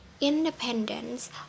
independence